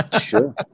Sure